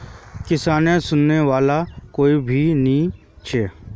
किसानेर सुनने वाला कोई नी छ